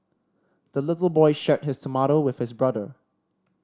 the little boy shared his tomato with his brother